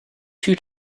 two